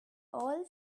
all